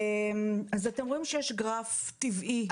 אז אתם רואים שיש גרף טבעי שעולה.